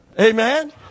Amen